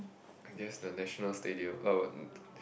I guess the National Stadium